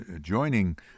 joining